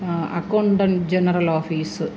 accountant general office